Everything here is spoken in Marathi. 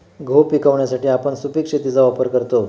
गहू पिकवण्यासाठी आपण सुपीक शेतीचा वापर करतो